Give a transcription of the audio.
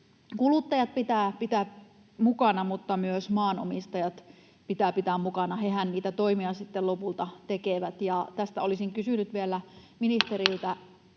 kuluttajat pitää pitää mukana, mutta myös maanomistajat pitää pitää mukana, hehän niitä toimia sitten lopulta tekevät. Tästä olisin kysynyt vielä ministeriltä: